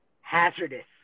hazardous